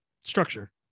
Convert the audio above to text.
structure